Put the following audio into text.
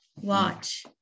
watch